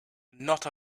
not